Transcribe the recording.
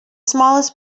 smallest